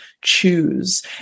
choose